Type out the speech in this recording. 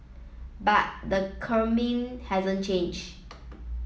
but the Kremlin hasn't changed